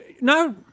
no